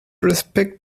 respect